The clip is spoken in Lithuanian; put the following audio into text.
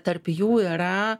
tarp jų yra